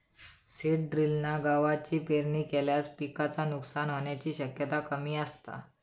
seed ड्रिलना गवाची पेरणी केल्यास पिकाचा नुकसान होण्याची शक्यता कमी असता